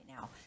now